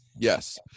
Yes